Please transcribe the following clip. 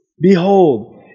Behold